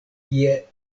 tie